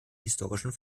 historischen